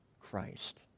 Christ